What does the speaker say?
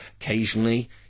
occasionally